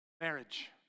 Marriage